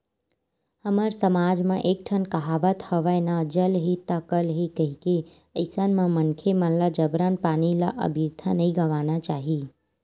हमर समाज म एक ठन कहावत हवय ना जल हे ता कल हे कहिके अइसन म मनखे मन ल जबरन पानी ल अबिरथा नइ गवाना चाही